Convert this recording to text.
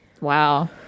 Wow